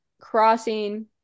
crossing